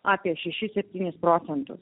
apie šešis septynis procentus